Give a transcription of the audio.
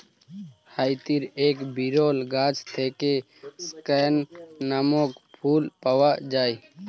হাইতির এক বিরল গাছ থেকে স্ক্যান নামক ফুল পাওয়া যায়